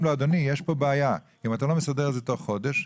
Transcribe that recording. לאותו מקום שיש לו בעיה שהוא צריך להסדיר אותה תוך חודש,